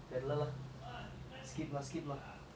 okay good looks or a fit body